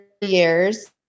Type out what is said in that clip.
years